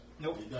Nope